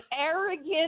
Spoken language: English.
arrogant